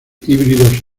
híbridos